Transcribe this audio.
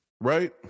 Right